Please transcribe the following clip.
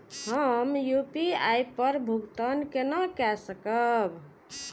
हम यू.पी.आई पर भुगतान केना कई सकब?